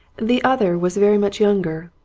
the other was very much younger,